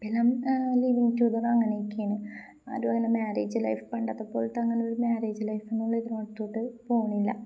എപ്പല്ലാം living together അങ്ങനെയൊക്കെയാണ് ആരും അങ്ങനെ മാര്യേജ് ലൈഫ് പണ്ടത്തെ പോലത്തെ അങ്ങനെൊ ഒരു മാര്യേജ് ലൈഫ്ന്നള് ഇതിനോടുത്തോട്ട് പോണില്ല